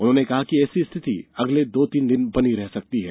उन्होंने कहा कि ऐसी स्थिति अगले दो तीन दिन बनी रह सकती है